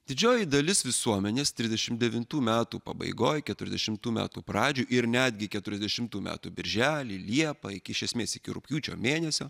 didžioji dalis visuomenės trisdešimt devintų metų pabaigoj keturiasdešimtų metų pradžioj ir netgi keturiasdešimtų metų birželį liepą iš esmės iki rugpjūčio mėnesio